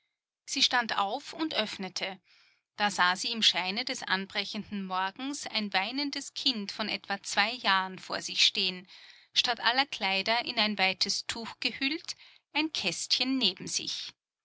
sie stand auf und öffnete da sah sie im scheine des anbrechenden morgens ein weinendes kind von etwa zwei jahren vor sich stehen statt aller kleider in ein weites tuch gehüllt ein kästchen neben sich